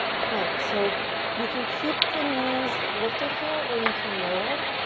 plank. so you can keep the knees lifted here or you can lower.